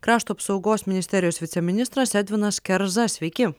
krašto apsaugos ministerijos viceministras edvinas kerza sveiki